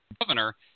governor